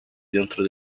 dentro